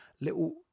little